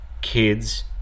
kids